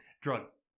drugs